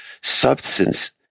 substance